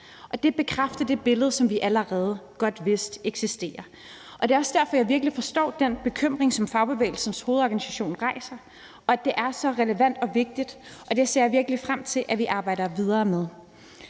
Det bekræfter det billede, som vi allerede godt vidste eksisterer. Det er også derfor, jeg virkelig forstår den bekymring, som Fagbevægelsens Hovedorganisation rejser, og at det er så relevant og vigtigt, og det ser jeg virkelig frem til at vi arbejder videre med.